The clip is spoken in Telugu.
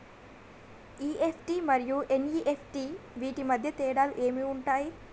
ఇ.ఎఫ్.టి మరియు ఎన్.ఇ.ఎఫ్.టి వీటి మధ్య తేడాలు ఏమి ఉంటాయి?